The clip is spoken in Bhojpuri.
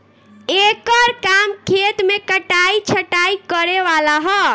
एकर काम खेत मे कटाइ छटाइ करे वाला ह